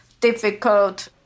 difficult